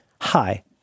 Hi